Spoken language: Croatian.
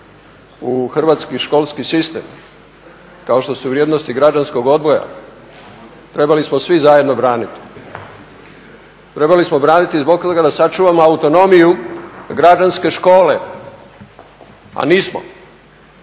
u hrvatski školski sistem kao što su vrijednosti građanskog odgoja trebali smo svi zajedno braniti. Trebali smo braniti zbog toga da sačuvamo autonomiju građanske škole, a nismo.